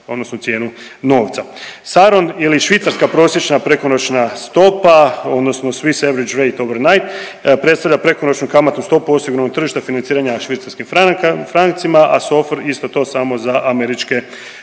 odnosno cijenu novca. SARON ili švicarska prosječna prekonoćna stopa odnosno swiss average rate overnight predstavlja prekonoću kamatu stopu osiguranog tržišta financiranja švicarskim francima, a SOFR isto to samo za američke